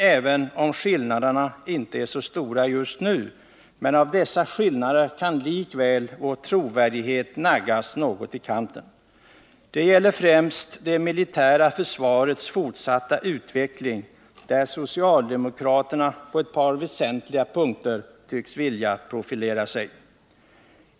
Även om skillnaderna inte är så stora just nu, kan de medföra att vår trovärdighet naggas något i kanten. Det gäller främst det militära försvarets fortsatta utveckling, där socialdemokraterna på ett par väsentliga punkter tycks vilja profilera sig.